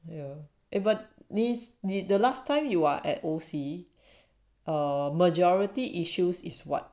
yeah but nice need the last time you are at O_C a majority issues is what